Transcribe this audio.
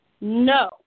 No